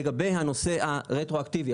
לגבי הנושא הרטרואקטיבי,